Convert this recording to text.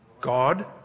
God